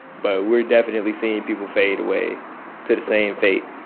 but we're definitely seeing people fade away to the same fate,